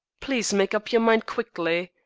please make up your mind quickly.